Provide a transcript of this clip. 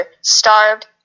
starved